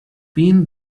been